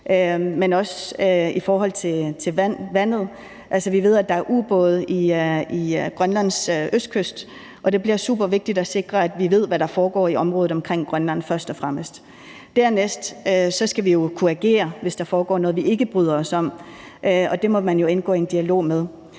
men også i forhold til vandet. Altså, vi ved, at der er ubåde ved Grønlands østkyst, og det bliver først og fremmest supervigtigt at sikre, at vi ved, hvad der foregår i området omkring Grønland. Dernæst skal vi jo kunne agere, hvis der foregår noget, vi ikke bryder os om, og det må man jo indgå i en dialog om.